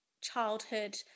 childhood